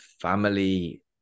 family